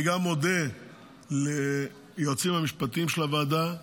אני גם מודה ליועצים המשפטיים של הוועדה,